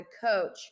coach